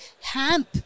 hemp